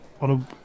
on